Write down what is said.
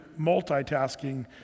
multitasking